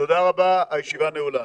תודה רבה, הישיבה נעולה.